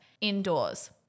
indoors